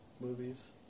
movies